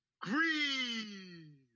Green